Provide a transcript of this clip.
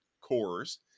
cores